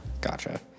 Gotcha